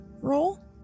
roll